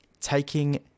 taking